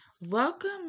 Welcome